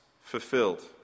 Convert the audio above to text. fulfilled